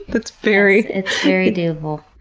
but it's very it's very doable.